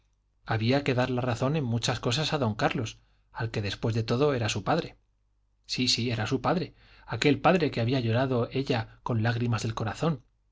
había que dar la razón en muchas cosas a don carlos al que después de todo era su padre sí sí era su padre aquel padre que había llorado ella con lágrimas del corazón